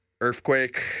Earthquake